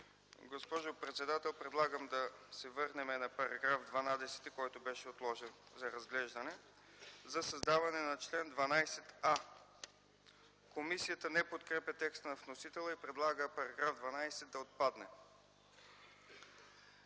Госпожо председател, предлагам да се върнем на § 12, който беше отложен за разглеждане – за създаване на чл. 12а. Комисията не подкрепя текста на вносителя и предлага § 12 да отпадне.